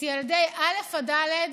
את ילדי א' עד ד'.